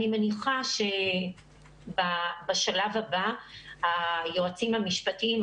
אני מניחה שבשלב הבא היועצים המשפטיים,